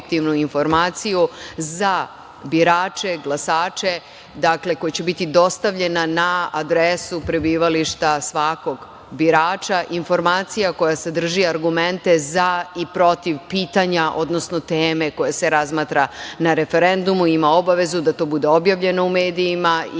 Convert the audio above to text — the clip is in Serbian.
informaciju za birače, glasače, koja će biti dostavljena na adresu prebivališta svakog birača. Informacija koja sadrži argumente za i protiv pitanja, odnosno teme koja se razmatra na referendumu i ima obavezu da to bude objavljeno u medijima i